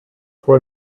for